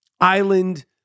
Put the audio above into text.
island